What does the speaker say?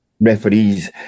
referees